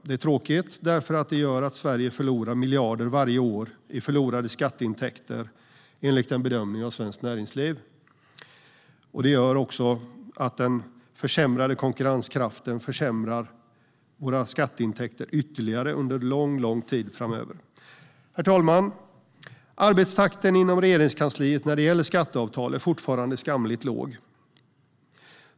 Det är tråkigt, därför att det gör att Sverige förlorar miljarder varje år i förlorade skatteintäkter, enligt en bedömning av Svenskt Näringsliv. Den försämrade konkurrenskraften försämrar då våra skatteintäkter ytterligare under lång tid framöver. Herr talman! Arbetstakten inom Regeringskansliet när det gäller skatteavtal är fortfarande skamligt låg.